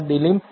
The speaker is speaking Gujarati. ડીલીમread